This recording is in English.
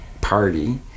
party